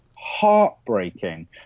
heartbreaking